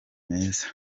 meza